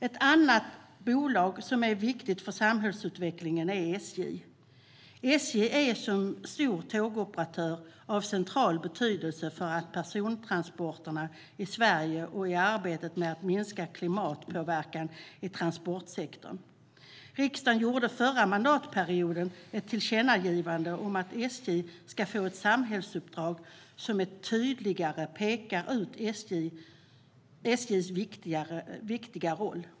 Ett annat bolag som är viktigt för samhällsutvecklingen är SJ. SJ är som stor tågoperatör av central betydelse för persontransporterna i Sverige och i arbetet med att minska klimatpåverkan i transportsektorn. Riksdagen gjorde förra mandatperioden ett tillkännagivande om att SJ ska få ett samhällsuppdrag som tydligare pekar ut SJ:s viktiga roll.